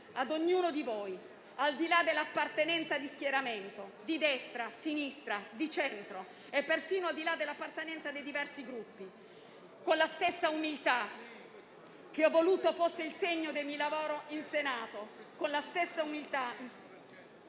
a ognuno di voi, al di là dell'appartenenza di schieramento, di destra, sinistra, di centro, e persino di là dell'appartenenza ai diversi Gruppi; con la stessa umiltà che ho voluto fosse il segno del mio lavoro in Senato accetterò il